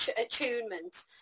attunement